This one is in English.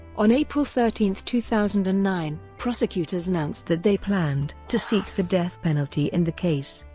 on april thirteen, two thousand and nine, prosecutors announced that they planned to seek the death penalty in the case.